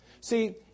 See